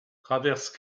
traverse